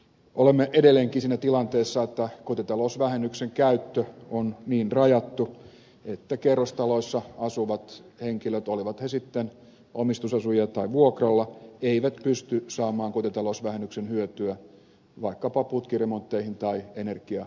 olemme edelleenkin siinä tilanteessa että kotitalousvähennyksen käyttö on niin rajattu että kerrostaloissa asuvat henkilöt olivat he sitten omistusasujia tai vuokralla eivät pysty saamaan kotitalousvähennyksen hyötyä vaikkapa putkiremontteihin tai energiaremontteihin